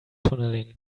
tunneling